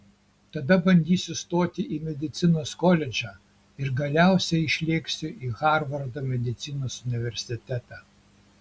tada bandysiu stoti į medicinos koledžą ir galiausiai išlėksiu į harvardo medicinos universitetą